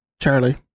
Charlie